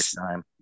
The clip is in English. time